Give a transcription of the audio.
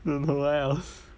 don't know what else